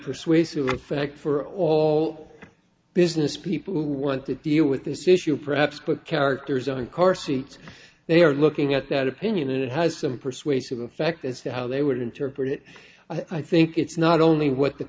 persuasive effect for all business people who want to deal with this issue perhaps but characters on car seats they are looking at that opinion and it has some persuasive effect as to how they would interpret it i think it's not only what the